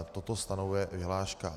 Toto stanovuje vyhláška.